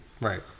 Right